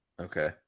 Okay